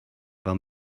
fel